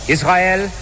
Israel